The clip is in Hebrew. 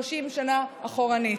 30 שנה אחורנית.